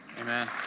Amen